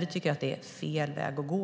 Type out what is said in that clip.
Vi tycker att det är fel väg att gå.